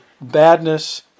badness